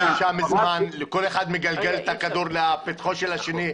כל אחד מגלגל את הכדור לפתחו של השני.